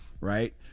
right